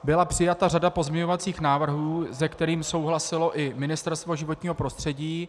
Byla přijata řada pozměňovacích návrhů, se kterými souhlasilo i Ministerstvo životního prostředí.